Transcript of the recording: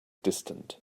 distant